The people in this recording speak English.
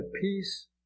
peace